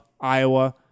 Iowa